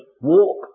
Walk